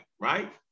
right